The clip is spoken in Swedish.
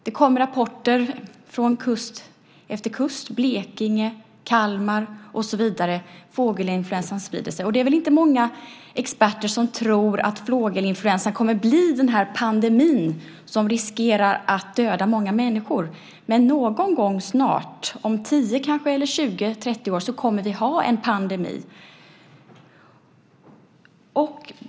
Det kom rapporter från kust efter kust, Blekinge, Kalmar och så vidare. Fågelinfluensan sprider sig. Det är väl inte många experter som tror att fågelinfluensan kommer att bli den pandemi som riskerar att döda många människor. Men någon gång snart, om 10, 20 eller kanske 30 år kommer vi att ha en pandemi.